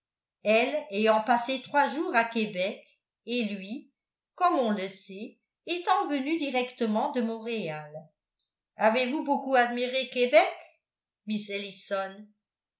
elle ayant passé trois jours à québec et lui comme on le sait étant venu directement de montréal avez-vous beaucoup admiré québec miss